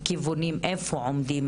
כיוונים איפה עומדים.